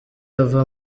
ava